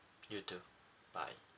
you too bye